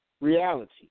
reality